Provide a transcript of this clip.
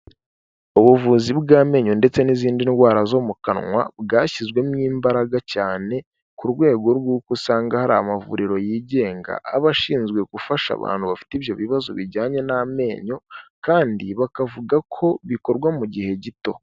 Ubuvuzi bw'amenyo ndetse n'izindi ndwara zo mu kanwa, bwashyizwemo imbaraga cyane ku rwego rw'uko usanga hari amavuriro yigenga, aba ashinzwe gufasha abantu bafite ibyo bibazo bijyanye n'amenyo kandi bakavuga ko bikorwa mu gihe gito.